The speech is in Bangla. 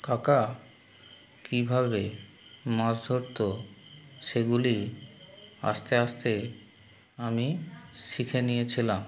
কাকা কীভাবে মাছ ধরতো সেগুলি আসতে আসতে আমি শিখে নিয়েছিলাম